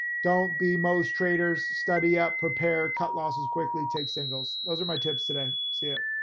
don't be most traders, study up, prepare, cut losses quickly, take singles. those are my tips today, see ah